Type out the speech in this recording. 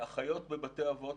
לאחיות בבתי האבות,